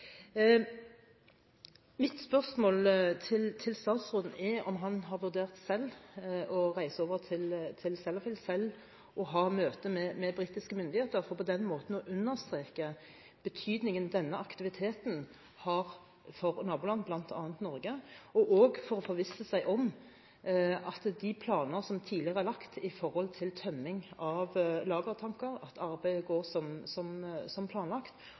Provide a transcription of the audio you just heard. Mitt spørsmål til statsråden er om han selv har vurdert å reise over til Sellafield og ha møte med britiske myndigheter, for på den måten å understreke betydningen denne aktiviteten har for naboland, bl.a. Norge, og også for å forvisse seg om at de planer som tidligere er lagt for tømming av lagertanker, at det arbeidet går som planlagt, og at det blir en retning som